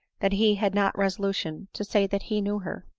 that he had not resolution to say that he knew her.